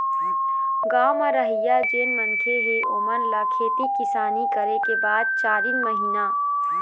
गाँव म रहइया जेन मनखे हे ओेमन ल खेती किसानी करे के बाद चारिन महिना